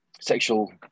sexual